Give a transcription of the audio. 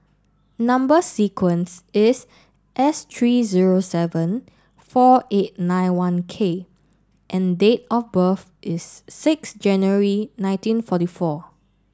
number sequence is S three zero seven four eight nine one K and date of birth is six January nineteen forty four